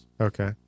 Okay